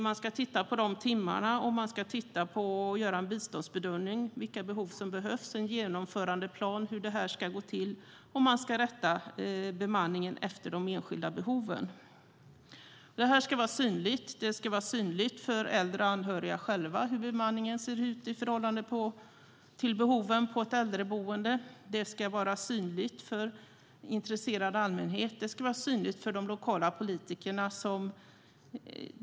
Vid biståndsbedömningen ska man göra en bedömning av vilka behov som finns, timmarna, och en genomförandeplan för hur det ska gå till. Bemanningen ska rättas efter de enskilda behoven. Det ska vara synligt för äldre och anhöriga hur bemanningen ser ut i förhållande till behoven på ett äldreboende. Det ska vara synligt för intresserad allmänhet och för de lokala politikerna.